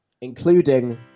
including